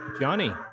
Johnny